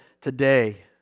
today